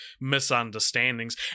misunderstandings